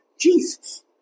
Jesus